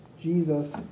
Jesus